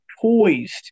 poised